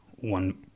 One